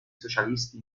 socialisti